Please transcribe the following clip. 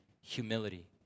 humility